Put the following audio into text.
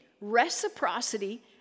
reciprocity